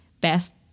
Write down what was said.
best